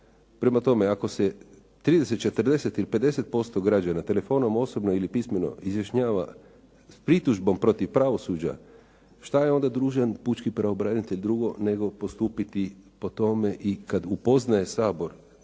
Prema tome, ako se 30, 40 ili 50% građana telefonom osobno ili pismeno izjašnjava pritužbom protiv pravosuđa, što je onda dužan pučki pravobranitelj drugo, nego postupiti po tome i kad upoznaje Sabor